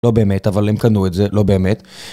לא באמת, אבל הם קנו את זה, לא באמת.